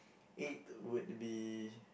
eighth would be